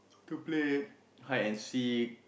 to play hide and seek